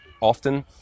often